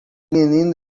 menino